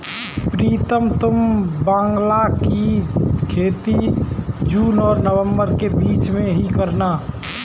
प्रीतम तुम बांग्ला की खेती जून और नवंबर के बीच में ही करना